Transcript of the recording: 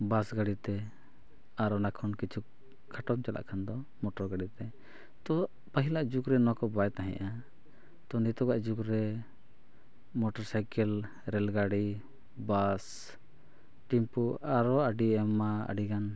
ᱜᱟᱹᱰᱤᱛᱮ ᱟᱨ ᱚᱱᱟ ᱠᱷᱚᱱ ᱠᱤᱪᱷᱩ ᱠᱷᱟᱴᱚᱢ ᱪᱟᱞᱟᱜ ᱠᱷᱟᱱ ᱫᱚ ᱜᱟᱹᱰᱤᱛᱮ ᱛᱳ ᱯᱟᱹᱦᱤᱞᱟᱜ ᱡᱩᱜᱽ ᱨᱮ ᱱᱚᱣᱟ ᱠᱚ ᱵᱟᱭ ᱛᱟᱦᱮᱸᱫᱼᱟ ᱛᱳ ᱱᱤᱛᱚᱜᱼᱟᱜ ᱡᱩᱜᱽ ᱨᱮ ᱨᱮᱹᱞ ᱜᱟᱹᱰᱤ ᱴᱮᱢᱯᱩ ᱟᱨᱦᱚᱸ ᱟᱹᱰᱤ ᱟᱭᱢᱟ ᱟᱹᱰᱤᱜᱟᱱ